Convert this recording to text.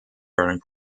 gardening